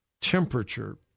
temperature